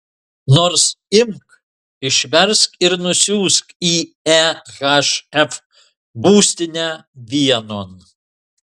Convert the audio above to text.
nors imk išversk ir nusiųsk į ehf būstinę vienon